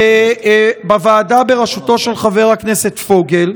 בוועדה בראשותו של חבר הכנסת פוגל.